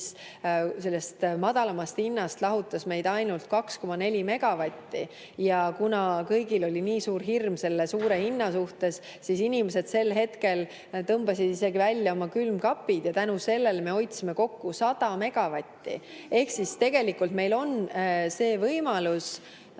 siis sellest madalamast hinnast lahutas meid ainult 2,4 megavatti. Ja kuna kõigil oli nii suur hirm selle suure hinna suhtes, siis inimesed sel hetkel tõmbasid isegi välja oma külmkapid ja tänu sellele me hoidsime kokku 100 megavatti. (Saalis räägitakse midagi.) Ehk siis tegelikult meil on see võimalus.